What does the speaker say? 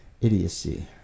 idiocy